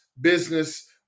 business